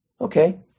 Okay